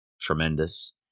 tremendous